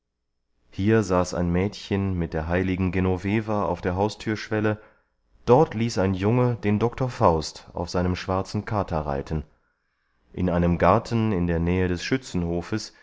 hier saß ein mädchen mit der heiligen genoveva auf der haustürschwelle dort ließ ein junge den doktor faust auf seinem schwarzen kater reiten in einem garten in der nähe des schützenhofes